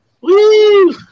Woo